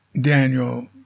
Daniel